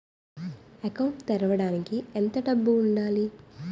Account తెరవడానికి ఎంత డబ్బు ఉండాలి?